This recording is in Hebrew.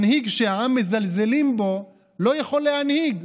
מנהיג שהעם מזלזלים בו לא יכול להנהיג.